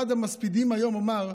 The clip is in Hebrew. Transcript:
אחד המספידים היום אמר: